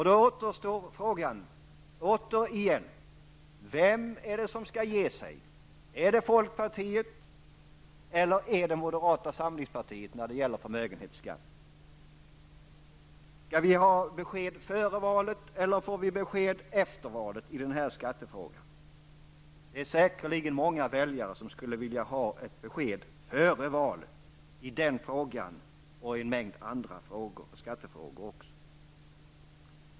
Då återstår frågan återigen: Vem är det som skall ge sig när det gäller förmögenhetsskatten -- är det folkpartiet eller är det moderata samlingspartiet? Får vi besked i den skattefrågan före valet eller efter valet? Det är säkerligen många väljare som skulle vilja ha ett besked före valet, i den frågan och i en mängd andra skattefrågor också.